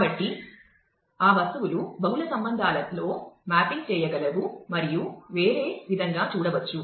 కాబట్టి ఆ వస్తువులు బహుళ సంబంధాలలో మ్యాప్ చేయగలవు మరియు వేరే విధంగా చూడవచ్చు